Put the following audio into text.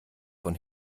von